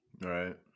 Right